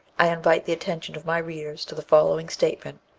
i invite the attention of my readers to the following statement,